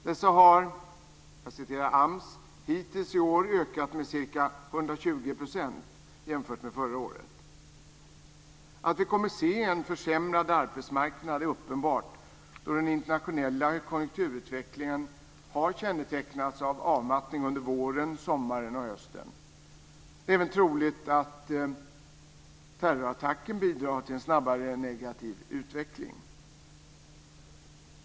Dessa har enligt AMS hittills i år ökat med ca 120 % jämfört med förra året. Att vi kommer att se en försämrad arbetsmarknad är uppenbart då den internationella konjunkturutvecklingen har kännetecknats av avmattning under våren, sommaren och hösten. Det är även troligt att terrorattacken bidrar till en snabbare negativ utveckling.